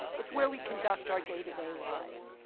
it's where we conduct our day-to-day lives.